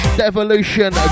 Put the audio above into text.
devolution